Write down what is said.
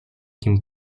kim